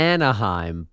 Anaheim